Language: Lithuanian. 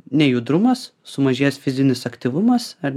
nejudrumas sumažėjęs fizinis aktyvumas ar